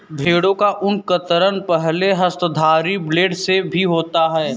भेड़ों का ऊन कतरन पहले हस्तधारी ब्लेड से भी होता है